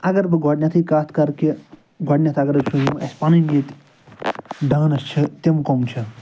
اگر بہٕ گۄڈٕنیٚتھٕے کتھ کَرٕ کہِ گۄڈٕنیٚتھ اگر تُہۍ ؤنِو اسہِ پَنٕنۍ ییٚتہِ ڈانَس چھِ تِم کٔم چھِ